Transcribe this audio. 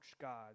God